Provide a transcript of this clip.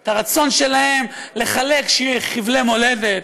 את הרצון שלהם לחלק חבלי מולדת,